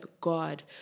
God